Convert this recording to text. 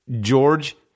George